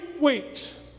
weeks